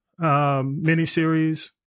miniseries